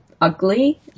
ugly